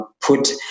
put